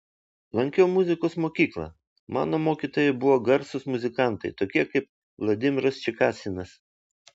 lankiau muzikos mokyklą mano mokytojai buvo garsūs muzikantai tokie kaip vladimiras čekasinas